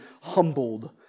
humbled